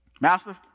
Master